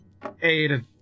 Aiden